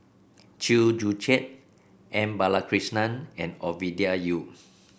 Chew Joo Chiat M Balakrishnan and Ovidia Yu